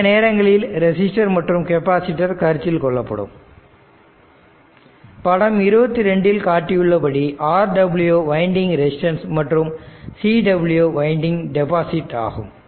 சில நேரங்களில் ரெசிஸ்டர் மற்றும் கெபாசிட்டர் கருத்தில் கொள்ளப்படும் படம் 22 இல் காட்டியுள்ளபடி Rw வைண்டிங் ரெசிஸ்டன்ஸ் மற்றும் Cw வைண்டிங் டெபாசிட் ஆகும்